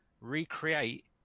recreate